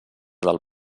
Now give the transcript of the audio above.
del